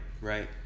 right